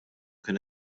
kien